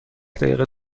دقیقه